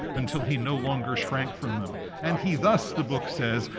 until he no longer shrank from them. and he thus, the book says,